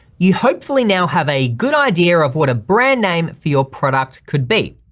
you hopefully now have a good idea of what a brand name for your product could be.